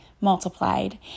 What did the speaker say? multiplied